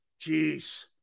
Jeez